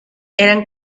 eran